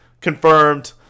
confirmed